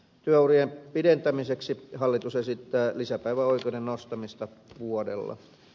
työurien pidentämiseksi hallitus esittää lisäpäiväoikeuden nostamista vuodella